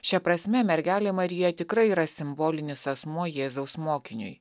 šia prasme mergelė marija tikrai yra simbolinis asmuo jėzaus mokiniui